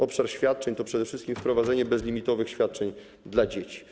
Obszar świadczeń to przede wszystkim wprowadzenie bezlimitowych świadczeń dla dzieci.